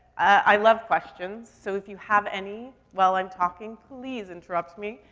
i love questions, so if you have any while i'm talking, please interrupt me.